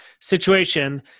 situation